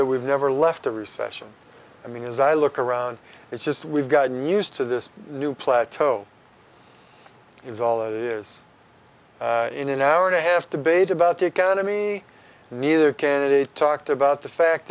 that we've never left a recession i mean as i look around it's just we've gotten used to this new plateau is all that is in an hour and a half debate about the economy neither candidate talked about the fact